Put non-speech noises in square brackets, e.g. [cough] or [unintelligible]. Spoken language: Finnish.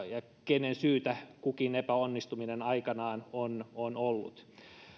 [unintelligible] ja kenen syytä kukin epäonnistuminen aikanaan on on ollut